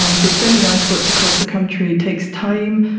um so sending isolates across the country takes time,